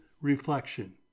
reflection